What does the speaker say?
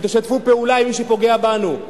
ותשתפו פעולה עם מי שפוגע בנו,